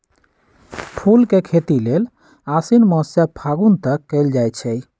फूल के खेती लेल आशिन मास से फागुन तक कएल जाइ छइ